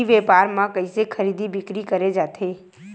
ई व्यापार म कइसे खरीदी बिक्री करे जाथे?